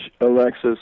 Alexis